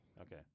Okay